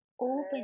Open